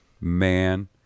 Man